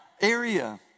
area